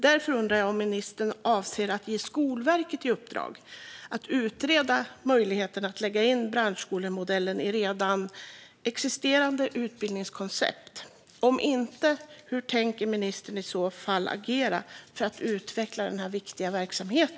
Därför undrar jag om ministern avser att ge Skolverket i uppdrag att utreda möjligheten att lägga in branschskolemodellen i redan existerande utbildningskoncept. Om inte, hur tänker ministern agera för att utveckla denna viktiga verksamhet?